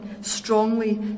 strongly